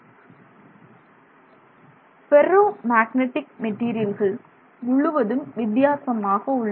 ferro magnetic மெட்டீரியல்கள் முழுவதும் வித்தியாசமாக உள்ளன